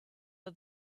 her